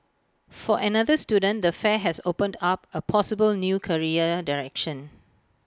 for another student the fair has opened up A possible new career direction